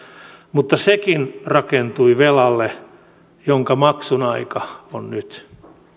mutta sekin rakentui velalle jonka maksun aika on nyt